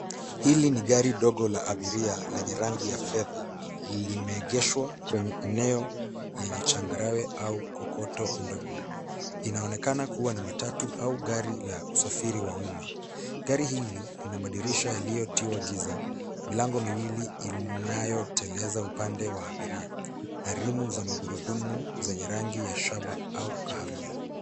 Hili ni gari dogo la abiria lenye rangi ya fedha limeegeshwa kwenye eneo enye changarawe au kokoto ndogo. Inaonekana kuwa ni matatu au gari la usafiri wa umma. Gari hili lina madirisha yaliyotiwa giza, milango miwili inayoteleza upande wa abiria na rimu za magurudumu zenye rangi ya shaba au kahawia.